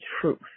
truth